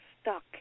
stuck